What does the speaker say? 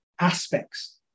aspects